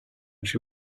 she